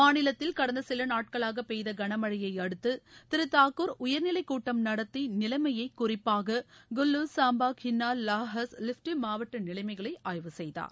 மாநிலத்தில் கடந்த சில நாட்களாக பெய்த கனமழையை அடுத்து திரு தாக்கூர் உயர்நிலைக்கூட்டம் நடத்தி நிலைமையை குறிப்பாக குல்லு சாம்பா கின்னார் லாஹால் ஸ்பிட்டி மாவட்ட நிலைமைகள ஆய்வு செய்தார்